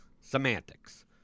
semantics